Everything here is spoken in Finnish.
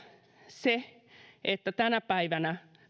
se että tänä päivänä